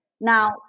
Now